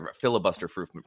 filibuster-proof